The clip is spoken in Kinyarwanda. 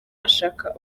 ashaka